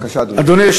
בבקשה, אדוני.